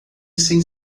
sem